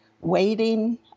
waiting